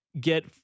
get